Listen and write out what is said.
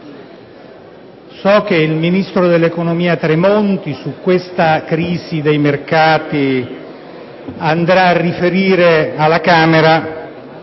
so che il ministro dell'economia Tremonti sulla crisi dei mercati andrà a riferire alla Camera